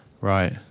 Right